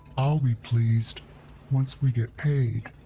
i'll be pleased once we get paid.